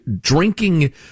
drinking